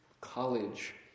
college